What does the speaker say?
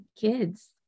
kids